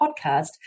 podcast